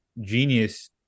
genius